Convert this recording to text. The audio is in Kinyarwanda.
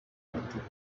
uturuka